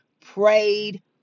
prayed